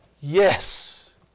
yes